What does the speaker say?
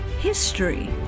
history